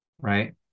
right